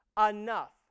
enough